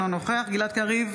אינו נוכח גלעד קריב,